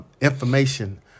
information